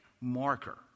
marker